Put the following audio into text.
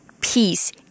peace